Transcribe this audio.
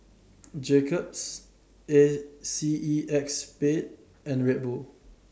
Jacob's A C E X Spade and Red Bull